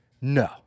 No